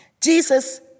Jesus